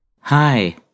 Hi